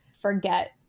forget